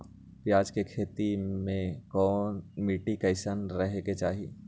प्याज के खेती मे मिट्टी कैसन रहे के चाही?